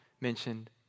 mentioned